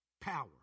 Power